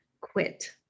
quit